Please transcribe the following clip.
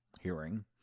hearing